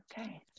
Okay